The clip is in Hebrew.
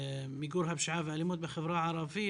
רמלה או לוד, אלה ערים מעורבות.